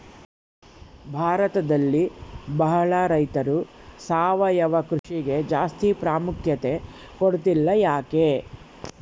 ಭಾರತದಲ್ಲಿ ಬಹಳ ರೈತರು ಸಾವಯವ ಕೃಷಿಗೆ ಜಾಸ್ತಿ ಪ್ರಾಮುಖ್ಯತೆ ಕೊಡ್ತಿಲ್ಲ ಯಾಕೆ?